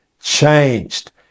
changed